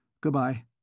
Goodbye